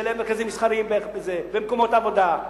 ויהיו להם מרכזים מסחריים ומקומות עבודה.